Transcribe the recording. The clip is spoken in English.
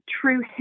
true